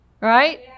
Right